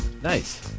Nice